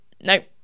nope